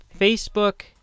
Facebook